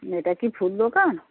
এটা কি ফুল দোকান